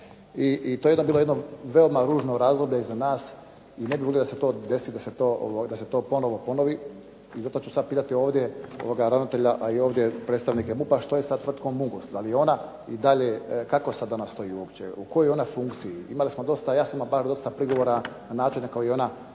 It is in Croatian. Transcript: i to je bilo jedno veoma ružno razdoblje iza nas i ne bih volio da se to desi, da se to ponovo ponovi. I zato ću sad pitati ovdje ravnatelja, a i ovdje predstavnike MUP-a što je sa tvrtkom "Mungos", da li ona i dalje, kako sad ona stoji uopće, u kojoj je ona funkciji. Imali smo dosta, ja sam imao dosta prigovora na … /Govornik se ne